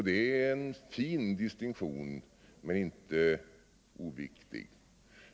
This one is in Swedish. Det är en fin distinktion, men den är inte oviktig.